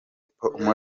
paul